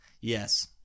yes